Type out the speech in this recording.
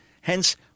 hence